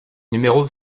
numéro